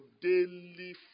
daily